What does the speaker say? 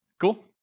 Cool